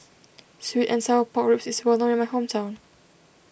Sweet and Sour Pork Ribs is well known in my hometown